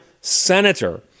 senator